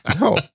No